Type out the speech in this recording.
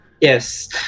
Yes